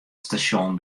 stasjon